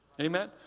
Amen